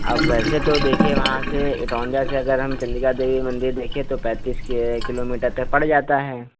अब वैसे तो देखिए वहाँ से एकाउंजा से अगर हम चंडिका देवी मंदिर देखें तो पैंतीस के किलोमीटर तक पड़ जाता है